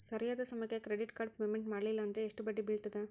ಸರಿಯಾದ ಸಮಯಕ್ಕೆ credit card payment ಮಾಡಲಿಲ್ಲ ಅಂದ್ರೆ ಎಷ್ಟು ಬಡ್ಡಿ ಬೇಳ್ತದ?